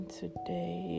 today